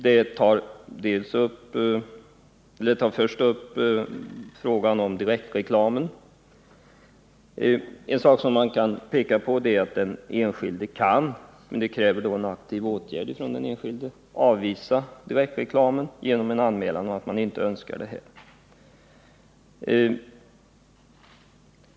Där tar man först upp frågan om direktreklamen. En sak som man kan peka på är att den enskilde kan — men det kräver en aktiv åtgärd — avvisa direktreklamen genom en anmälan om att han inte önskar den.